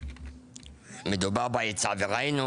מדובר בהיצע, וראינו